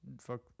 fuck